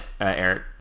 Eric